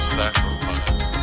sacrifice